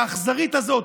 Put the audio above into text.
האכזרית הזאת,